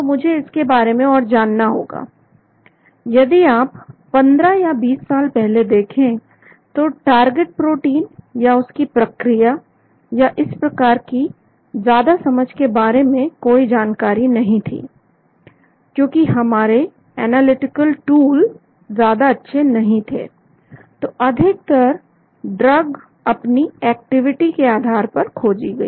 तो मुझे इसके बारे में और जानना होगा यदि आप 15 या 20 साल पहले देखें तो टारगेट प्रोटीन या उसकी प्रक्रिया या इस प्रकार की ज्यादा समझ के बारे में कोई जानकारी नहीं थी क्योंकि हमारे एनालिटिकल टूल ज्यादा अच्छे नहीं थे तो अधिकतर ड्रग अपनी एक्टिविटी के आधार पर खोजी गई